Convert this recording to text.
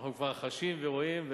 אנחנו כבר חשים ורואים,